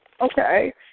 okay